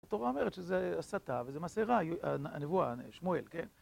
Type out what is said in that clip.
התורה אומרת שזו הסתה וזו מסעירה הנבואה, שמואל, כן?